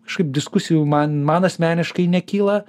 kažkaip diskusijų man man asmeniškai nekyla